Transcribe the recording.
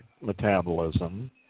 metabolism